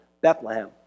Bethlehem